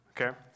okay